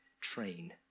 train